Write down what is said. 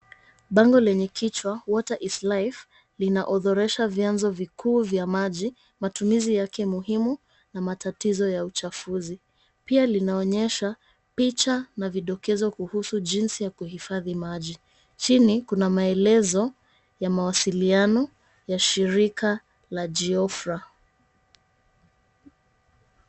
Bango lenye kichwa, Water is Life, linaodhoresha vianzo vikuu vya maji, matumizi yake muhimu na matatizo ya uchafuzi. Pia linaonyesha picha na vidokezo kuhusu jinzi ya kuhifadhi maji. Chini, kuna maelezo ya mawasiliano ya Shirika la Jiofra.